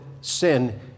sin